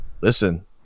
listen